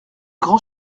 grand